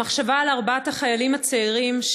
המחשבה על ארבעת החיילים הצעירים,